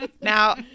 Now